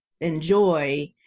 enjoy